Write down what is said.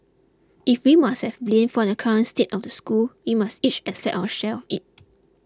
if we must have blame for the current state of the school we must each accept our share of it